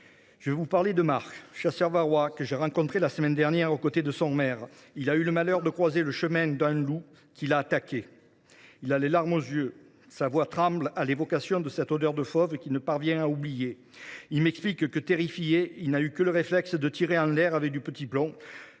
Je vais vous parler de Marc, chasseur varois que j’ai rencontré la semaine dernière, aux côtés de son maire, et qui a eu le malheur de croiser le chemin d’un loup, qui l’a attaqué. Les larmes lui sont venues aux yeux et sa voix a tremblé lorsqu’il a évoqué cette odeur de fauve qu’il ne parvient pas à oublier. Il m’a expliqué que, terrifié, il n’a eu que le réflexe de tirer en l’air, avec du petit plomb,